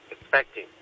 expecting